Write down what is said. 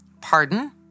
Pardon